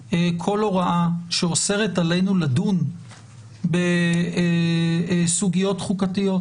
הקואליציוניים כל הוראה שאוסרת עלינו לדון בסוגיות חוקתיות,